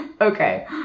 Okay